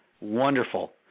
wonderful